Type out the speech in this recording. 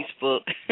Facebook